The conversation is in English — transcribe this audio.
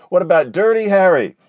what about dirty harry?